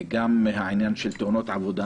גם העניין של תאונות עבודה